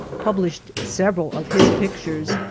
published several of his pictures,